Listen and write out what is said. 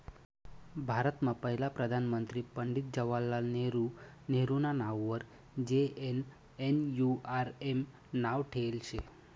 भारतमा पहिला प्रधानमंत्री पंडित जवाहरलाल नेहरू नेहरूना नाववर जे.एन.एन.यू.आर.एम नाव ठेयेल शे